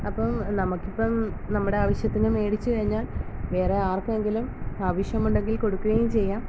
അപ്പം നമക്കിപ്പം നമ്മടാവശ്യത്തിന് മേടിച്ച് കഴിഞ്ഞാൽ വേറെ ആർക്കെങ്കിലും ആവശ്യമുണ്ടെങ്കിൽ കൊടുക്കുകയും ചെയ്യാം